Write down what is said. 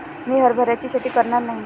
मी हरभऱ्याची शेती करणार नाही